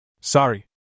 Sorry